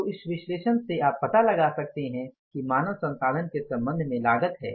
तो इस विश्लेषण से आप पता लगा सकते हैं कि मानव संसाधन के संबंध में लागत है